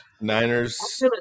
Niners